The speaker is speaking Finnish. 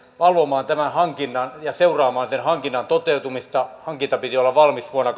valvomaan ja seuraamaan sen hankinnan toteutumista hankinnan piti oli valmis vuonna